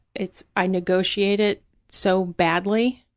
it's, i negotiate it so badly